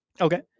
Okay